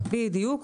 בדיוק.